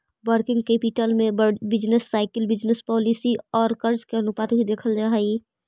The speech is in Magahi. वर्किंग कैपिटल में बिजनेस साइकिल बिजनेस पॉलिसी औउर कर्ज के अनुपात भी देखल जा हई